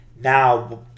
Now